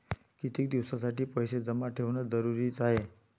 कितीक दिसासाठी पैसे जमा ठेवणं जरुरीच हाय?